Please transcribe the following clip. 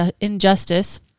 injustice